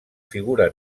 figura